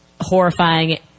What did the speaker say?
horrifying